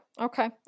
Okay